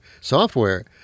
software